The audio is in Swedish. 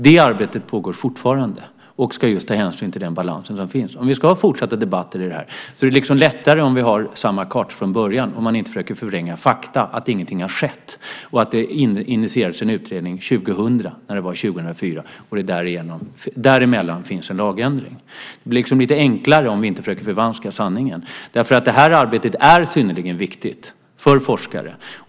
Det arbetet pågår fortfarande och ska just ta hänsyn till den balans som finns. Om vi ska ha fortsatta debatter i det här är det lättare om vi har samma kartor från början och man inte försöker förvränga fakta till att ingenting har skett och att det initierades en utredning 2000 när det var 2004. Däremellan finns en lagändring. Det blir lite enklare om vi inte försöker förvanska sanningen. Det här arbetet är synnerligen viktigt för forskare.